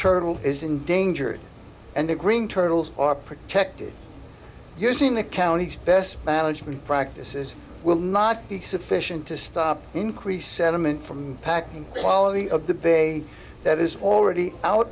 turtle is endangered and the green turtles are protected using the county's best management practices will not be sufficient to stop increased sediment from packing quality of the bay that is already out